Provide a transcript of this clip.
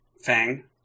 Fang